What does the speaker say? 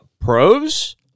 Pros